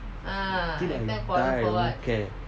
until I die I don't care